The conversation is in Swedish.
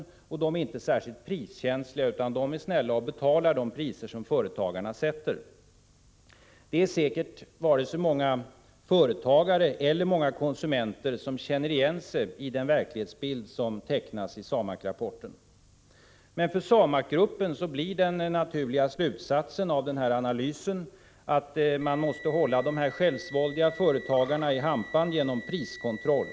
Konsumenterna är inte heller särskilt priskänsliga, utan betalar snällt de priser som företagarna sätter. Det är säkert inte många företagare eller konsumenter som känner igen sig i den verklighetsbild som tecknas i SAMAK-rapporten. Men för SAMAK-gruppen blir den naturliga slutsatsen av denna analys att de självsvåldiga företagarna måste hållas i hampan genom priskontroll.